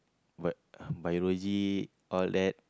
B~ Biology all that